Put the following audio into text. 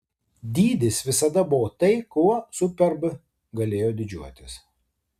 dydis visada buvo tai kuo superb galėjo didžiuotis